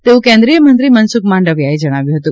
તેવું કેન્દ્રીય મંત્રીશ્રી મનસુખ માંડવીયા જણાવ્યું હતું